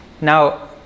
Now